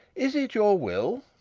is it your will?